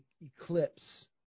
eclipse